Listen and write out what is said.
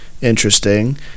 interesting